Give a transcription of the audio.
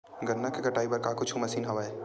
गन्ना के कटाई बर का कुछु मशीन हवय?